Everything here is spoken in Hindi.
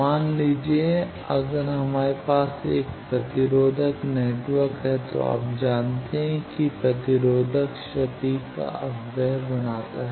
मान लीजिए अगर हमारे पास एक प्रतिरोधक नेटवर्क है तो आप जानते हैं कि प्रतिरोध शक्ति का अपव्यय बनाता है